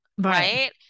Right